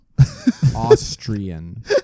Austrian